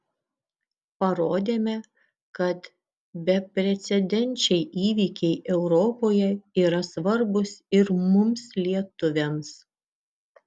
parodėme kad beprecedenčiai įvykiai europoje yra svarbūs ir mums lietuviams